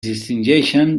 distingeixen